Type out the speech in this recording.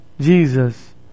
Jesus